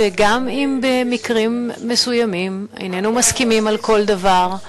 שגם אם במקרים מסוימים איננו מסכימים על כל דבר,